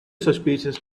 suspicious